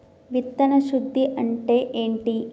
విత్తన శుద్ధి అంటే ఏంటి?